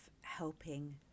helping